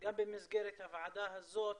שגם במסגרת הוועדה הזאת